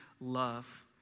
love